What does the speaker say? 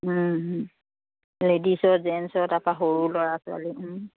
লেডিছৰ জেন্ছৰ তাৰ পৰা সৰু ল'ৰা ছোৱালী